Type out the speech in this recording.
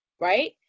Right